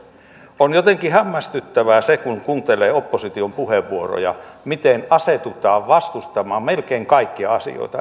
on jotenkin hämmästyttävää se kun kuuntelee opposition puheenvuoroja miten asetutaan vastustamaan melkein kaikkia asioita